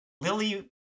Lily